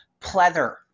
pleather